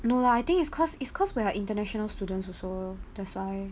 no lah I think it's cause it's cause we are international students also that's why